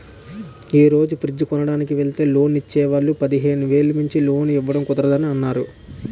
ఈ రోజు ఫ్రిడ్జ్ కొనడానికి వెల్తే లోన్ ఇచ్చే వాళ్ళు పదిహేను వేలు మించి లోన్ ఇవ్వడం కుదరదని అన్నారు